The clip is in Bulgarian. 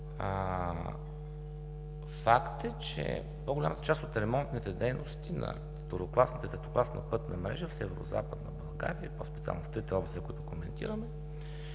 Факт е, че по-голямата част от ремонтните дейности на второкласната и третокласна пътна мрежа в Северозападна България и по-специално в трите области, за които коментираме